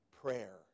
prayer